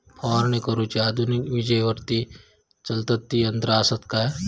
फवारणी करुची आधुनिक विजेवरती चलतत ती यंत्रा आसत काय?